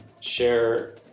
share